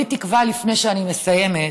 לפני שאני מסיימת,